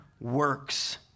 works